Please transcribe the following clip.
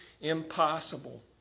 impossible